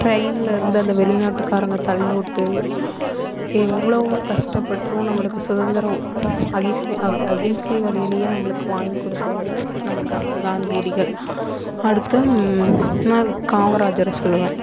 ட்ரையினில் இருந்து அந்த வெளி நாட்டு காரங்க தள்ளிட்டு எவ்வளோ கஷ்டப்பட்டும் நம்மளுக்கு சுதந்திரம் அகிம்சை அகிம்சை வழியிலேயே நம்பளுக்கு வாங்கி கொடுத்தவங்க நம்ம காந்தியடிகள் அடுத்து நான் காமராஜரை சொல்லுவேன்